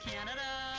Canada